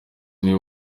niwe